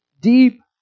deep